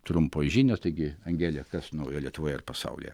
trumpos žinios taigi angele kas naujo lietuvoje ir pasaulyje